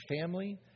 family